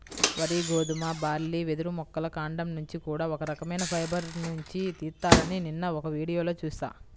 వరి, గోధుమ, బార్లీ, వెదురు మొక్కల కాండం నుంచి కూడా ఒక రకవైన ఫైబర్ నుంచి తీత్తారని నిన్న ఒక వీడియోలో చూశా